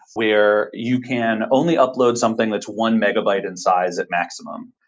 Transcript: where you can only upload something that's one megabyte in size at maximum,